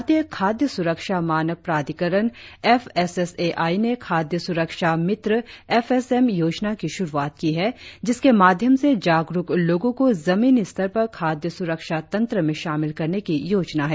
भारतीय खाद्य सुरक्षा मानक प्राधिकरण F S S A I ने खाद्य सुरक्षा मित्र एफ एस एम योजना की शुरुआत की है जिसके माध्यम से जागरुक लोगों को जमीनी स्तर पर खाद्य सुरक्षा तंत्र में शामिल करने की योजना है